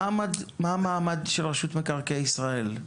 מה המעמד של רשות מקרקעי ישראל?